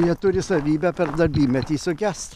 jie turi savybę per darbymetį sugest